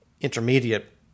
intermediate